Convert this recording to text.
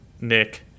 Nick